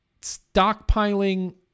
stockpiling